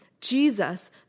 Jesus